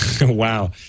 wow